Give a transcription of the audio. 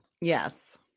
Yes